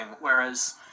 whereas